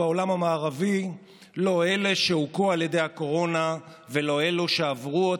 אבל אין חברי כנסת במפלגה אחת.